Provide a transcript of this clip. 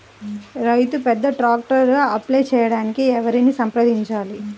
రైతు పెద్ద ట్రాక్టర్కు అప్లై చేయడానికి ఎవరిని సంప్రదించాలి?